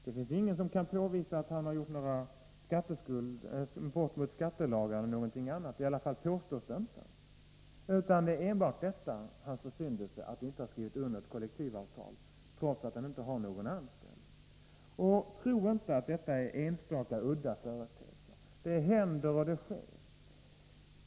Det finns ingen som kan påvisa att han begått några brott mot skattelagarna eller andra lagar — i varje fall påstås det inte. Hans enda försyndelse är att han inte skrivit under ett kollektivavtal, trots att han inte har någon anställd. Tro inte att detta är enstaka och udda företeelser, utan det händer och sker.